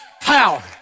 power